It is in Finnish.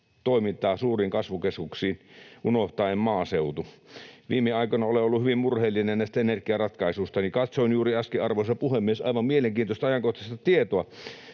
toimintaa suuriin kasvukeskuksiin unohtaen maaseutu. Viime aikoina olen ollut hyvin murheellinen näistä energiaratkaisuista, ja katsoin juuri äsken, arvoisa puhemies, aivan mielenkiintoista ajankohtaista tietoa.